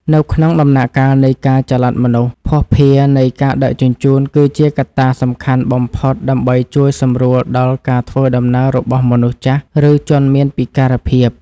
នៅក្នុងដំណាក់កាលនៃការចល័តមនុស្ស ភស្តុភារនៃការដឹកជញ្ជូន គឺជាកត្តាសំខាន់បំផុតដើម្បីជួយសម្រួលដល់ការធ្វើដំណើររបស់មនុស្សចាស់ ឬជនមានពិការភាព។